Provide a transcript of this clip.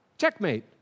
Checkmate